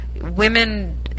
women